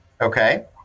Okay